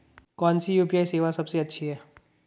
कौन सी यू.पी.आई सेवा सबसे अच्छी है?